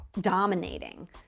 dominating